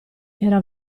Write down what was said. era